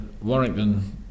Warrington